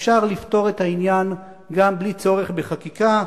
אפשר לפתור את העניין גם בלי צורך בחקיקה,